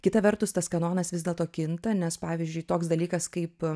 kita vertus tas kanonas vis dėlto kinta nes pavyzdžiui toks dalykas kaip